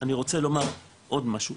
אני רוצה לומר עוד משהו,